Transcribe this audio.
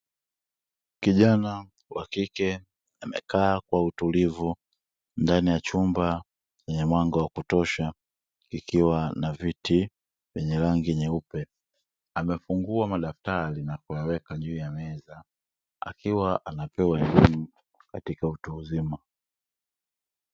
Kijana wa kike amekaa kwa utulivu ndani ya chumba chenye mwanga wa kutosha, ikiwa na vitu vyenye rangi nyeupe. Amefungua madaftari na kuweka juu ya meza, akiwa anapewa elimu katika utu uzima.